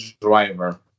driver